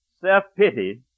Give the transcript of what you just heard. Self-pity